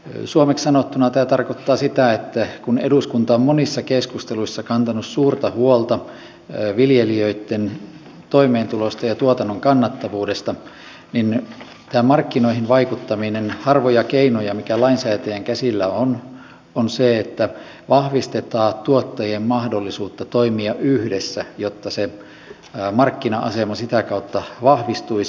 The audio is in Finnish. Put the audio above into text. suomeksi sanottuna tämä tarkoittaa sitä että kun eduskunta on monissa keskusteluissa kantanut suurta huolta viljelijöitten toimeentulosta ja tuotannon kannattavuudesta niin tämä markkinoihin vaikuttaminen harvoja keinoja mitä lainsäätäjien käsillä on on sitä että vahvistetaan tuottajien mahdollisuutta toimia yhdessä jotta se markkina asema sitä kautta vahvistuisi